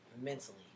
mentally